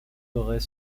aurait